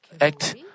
act